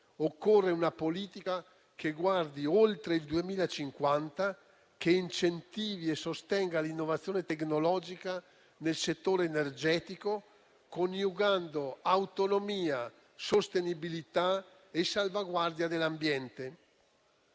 Occorre una politica che guardi oltre il 2050, che incentivi e sostenga l'innovazione tecnologica nel settore energetico, coniugando autonomia, sostenibilità e salvaguardia dell'ambiente.